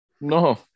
No